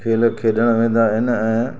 खेल खेॾणु वेंदा आहिनि ऐं